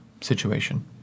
situation